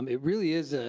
um it really is, ah